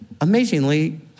amazingly